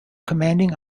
commanding